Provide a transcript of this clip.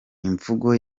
imvugo